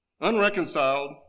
unreconciled